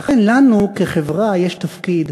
לכן לנו, כחברה, יש תפקיד